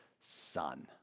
Son